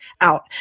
out